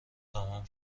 تمام